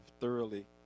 thoroughly